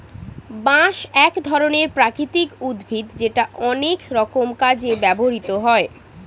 বাঁশ এক ধরনের প্রাকৃতিক উদ্ভিদ যেটা অনেক রকম কাজে ব্যবহৃত হয়